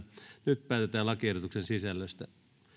nyt päätetään lakiehdotuksen sisällöstä